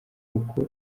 uko